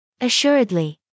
Assuredly